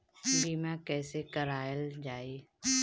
बीमा कैसे कराएल जाइ?